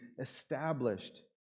established